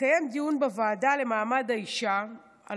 מתקיים דיון בוועדה למעמד האישה על